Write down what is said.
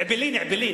אעבלין.